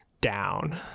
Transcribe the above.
down